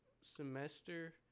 semester